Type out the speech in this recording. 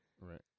Right